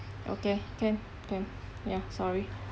okay can can ya sorry